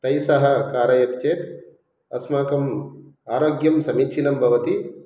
तैः सह कारयति चेत् अस्माकम् आरोग्यं समीचीनं भवति